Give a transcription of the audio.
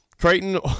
Creighton